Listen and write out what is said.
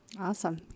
Awesome